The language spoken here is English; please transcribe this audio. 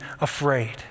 afraid